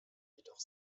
jedoch